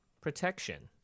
protection